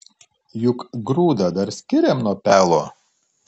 juk grūdą dar skiriam nuo pelo